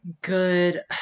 good